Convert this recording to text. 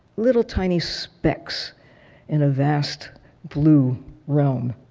little tiny specs in a vast blue realm.